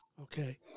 Okay